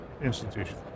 institution